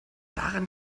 daran